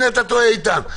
אתה טועה, איתן.